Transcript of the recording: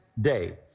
day